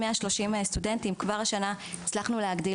יש 130 סטודנטים וכבר השנה הצלחנו להגדיל